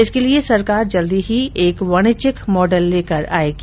इसके लिए सरकार जल्द ही एक वाणिज्यिक मॉडल लेकर आयेगी